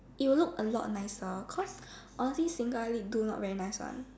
it will look a lot nicer cause honestly single eyelid do not very nice one